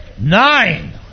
Nine